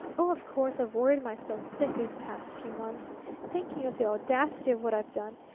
of course, i've worried myself sick these past few months thinking of the audacity of what i've done.